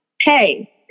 hey